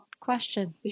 question